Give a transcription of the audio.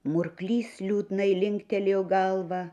murklys liūdnai linktelėjo galva